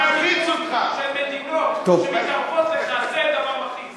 מימון של מדינות, שמתערבות לך, זה דבר מכעיס.